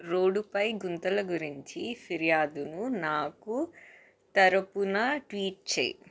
రోడుపై గుంతల గురించి ఫిర్యాదును నా తరపున ట్వీట్ చేయి